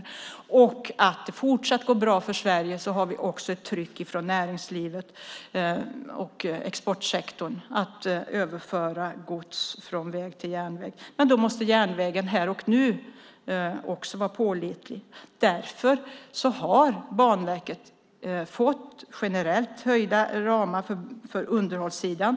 I och med att det fortsatt går bra för Sverige har vi också ett tryck från näringslivet och exportsektorn att överföra gods från väg till järnväg. Men då måste järnvägen här och nu också vara pålitlig. Därför har Banverket fått generellt ökade ramar för underhållssidan.